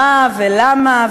מה ולמה?